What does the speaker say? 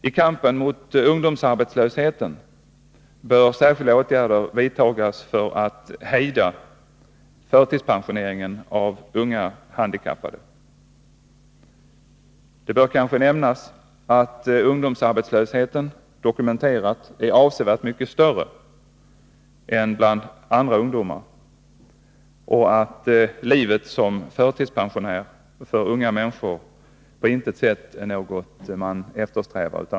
I kampen mot ungdomsarbetslösheten bör särskilda åtgärder vidtas för att hejda förtidspensioneringen av unga handikappade. Det bör kanske nämnas att arbetslösheten bland handikappade ungdomar dokumenterat är avsevärt mycket större än bland andra ungdomar och att livet såsom förtidspensionär för unga människor på intet sätt är någonting man eftersträvar.